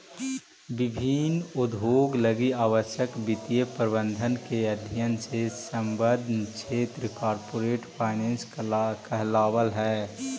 विभिन्न उद्योग लगी आवश्यक वित्तीय प्रबंधन के अध्ययन से संबद्ध क्षेत्र कॉरपोरेट फाइनेंस कहलावऽ हइ